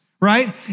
right